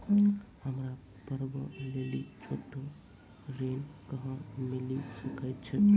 हमरा पर्वो लेली छोटो ऋण कहां मिली सकै छै?